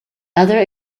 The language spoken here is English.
other